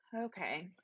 Okay